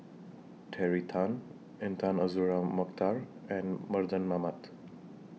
Terry Tan Intan Azura Mokhtar and Mardan Mamat